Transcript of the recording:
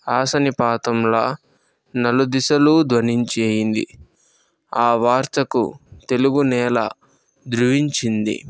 ఆశనిపాతంల నలుదిశలు ధ్వనించింది ఆ వార్తకు తెలుగు నేల దృవించింది